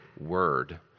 word